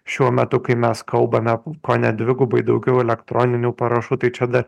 šiuo metu kai mes kalbame kone dvigubai daugiau elektroninių parašų tai čia dar